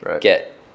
get